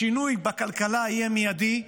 השינוי בכלכלה יהיה מיידי,